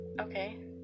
Okay